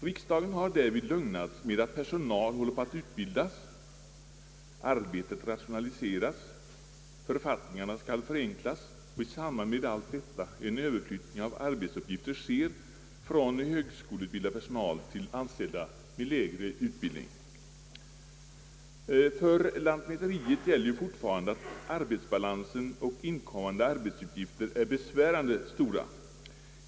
Riksdagen har därvid lugnats med att personal håller på att utbildas, arbetet rationaliseras, författningarna skall förenklas och i samband med allt detta en överflyttning av arbetsuppgifter sker från högskoleutbildad personal till anställda med lägre utbildning. För lantmäteriet gäller ju fortfarande att arbetsbalansen och inkommande arbetsuppgifter är besvärande stora.